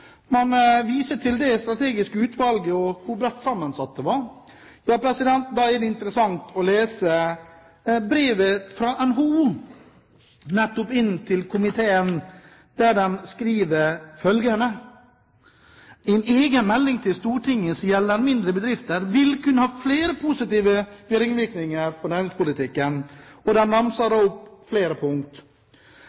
Man viser til det strategiske utvalget og hvor bredt sammensatt det var. Da er det interessant å lese brevet fra NHO til komiteen, der NHO skriver følgende: «En egen melding til Stortinget som gjelder mindre bedrifter vil kunne ha flere positive virkninger for næringspolitikken.» Og